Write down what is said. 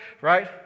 Right